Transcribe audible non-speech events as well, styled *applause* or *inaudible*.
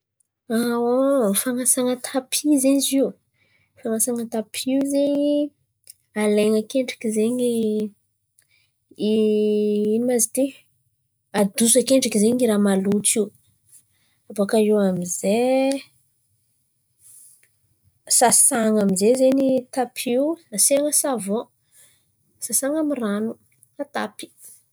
*hesitation* Fan̈asana tapi zen̈y zio. Fan̈asana tapi io zen̈y, alain̈a akendriky zen̈y, ino ma izy ity? Aodoso akendriky zen̈y i raha maloto io baka eo amin'zay sasan̈a amin'jay zen̈y tapi io, asian̈a savan. Sasan̈a amy ny ran̈o, atapy.